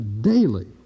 daily